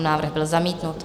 Návrh byl zamítnut.